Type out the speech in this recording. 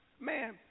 Man